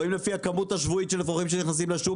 רואים לפי הכמות השבועית של אפרוחים שנכנסים לשוק,